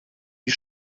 die